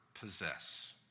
possess